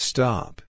Stop